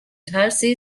ترسی